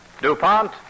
DuPont